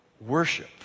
worship